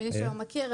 מי שלא מכיר,